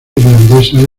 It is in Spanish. irlandesa